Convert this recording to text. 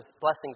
blessings